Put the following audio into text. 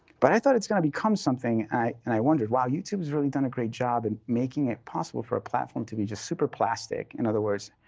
but i thought it's going to become something, and i wondered, wow, youtube has really done a great job in making it possible for a platform to be just super plastic, in other words,